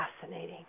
fascinating